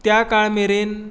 त्या काळ मेरेन